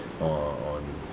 on